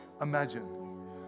imagine